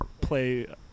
play